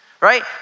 right